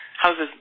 Houses